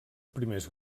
primers